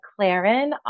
McLaren